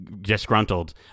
disgruntled